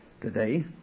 today